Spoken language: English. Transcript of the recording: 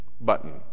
button